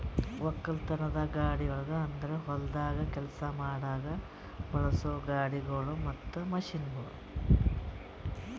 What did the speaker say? ಒಕ್ಕಲತನದ ಗಾಡಿಗೊಳ್ ಅಂದುರ್ ಹೊಲ್ದಾಗ್ ಕೆಲಸ ಮಾಡಾಗ್ ಬಳಸೋ ಗಾಡಿಗೊಳ್ ಮತ್ತ ಮಷೀನ್ಗೊಳ್